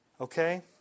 Okay